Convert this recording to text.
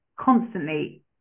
constantly